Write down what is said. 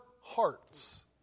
hearts